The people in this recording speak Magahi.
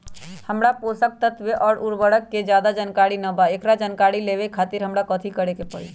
हमरा पोषक तत्व और उर्वरक के ज्यादा जानकारी ना बा एकरा जानकारी लेवे के खातिर हमरा कथी करे के पड़ी?